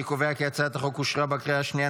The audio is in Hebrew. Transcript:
אני קובע כי הצעת החוק אושרה בקריאה שנייה.